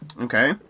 Okay